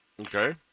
Okay